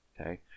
Okay